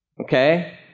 Okay